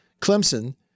Clemson